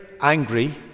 angry